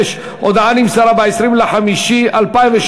15 בעד, אין מתנגדים, אין נמנעים.